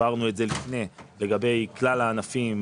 הבהרנו את זה לפני לגבי כלל הענפים,